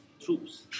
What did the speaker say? troops